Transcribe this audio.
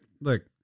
look